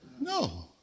No